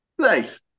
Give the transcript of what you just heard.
Nice